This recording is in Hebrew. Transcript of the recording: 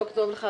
בוקר טוב לך,